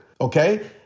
Okay